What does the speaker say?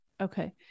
Okay